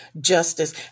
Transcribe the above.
justice